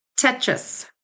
Tetris